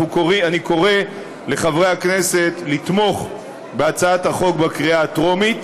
אני קורא לחברי הכנסת לתמוך בהצעת החוק בקריאה הטרומית,